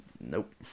Nope